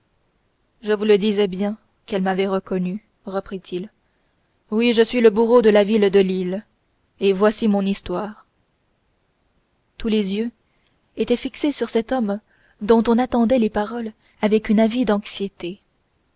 je vous le disais bien qu'elle m'avait reconnu reprit-il oui je suis le bourreau de la ville de lille et voici mon histoire tous les yeux étaient fixés sur cet homme dont on attendait les paroles avec une avide anxiété